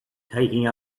taking